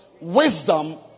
Wisdom